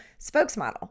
spokesmodel